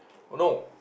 oh no